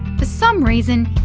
for some reason,